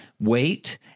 wait